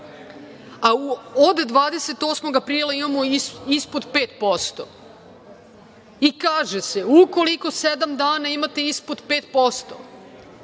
Od 28. aprila imamo ispod 5%. Kaže se, ukoliko sedam dana imate ispod 5%,